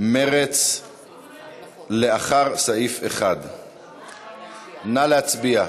מרצ לאחרי סעיף 1. נא להצביע.